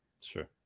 Sure